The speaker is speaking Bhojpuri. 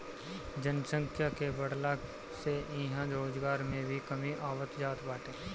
जनसंख्या के बढ़ला से इहां रोजगार में भी कमी आवत जात बाटे